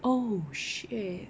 oh shit